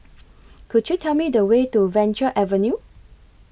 Could YOU Tell Me The Way to Venture Avenue